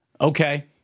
okay